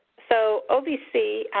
so ovc,